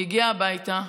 היא הגיעה הביתה,